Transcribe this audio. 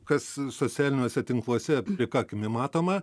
kas socialiniuose tinkluose plika akimi matoma